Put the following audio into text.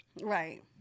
Right